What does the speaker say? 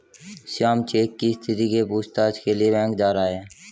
Shyam cheque की स्थिति के पूछताछ के लिए बैंक जा रहा है